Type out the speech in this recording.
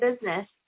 business